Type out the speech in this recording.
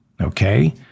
okay